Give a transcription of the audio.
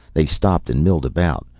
they stopped and milled about,